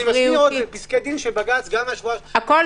אני מזכיר פסקי דין של בג"ץ שאמרו לא